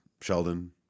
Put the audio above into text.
Sheldon